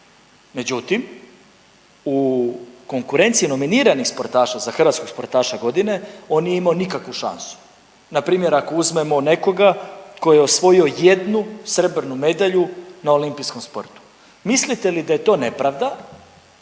međutim u konkurenciji nominiranih sportaša za hrvatskog sportaša godine on nije imao nikakvu šansu, npr. ako uzmemo nekoga koji je osvojio jednu srebrnu medalju na olimpijskom sportu, mislite li da je to nepravda